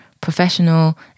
professional